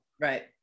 Right